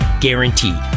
guaranteed